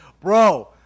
Bro